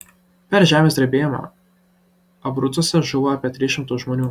per žemės drebėjimą abrucuose žuvo apie tris šimtus žmonių